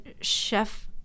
chef